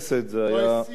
או הסירה מסדר-היום.